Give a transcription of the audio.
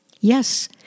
Yes